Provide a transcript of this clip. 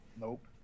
Nope